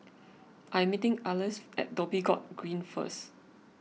I am meeting Alys at Dhoby Ghaut Green first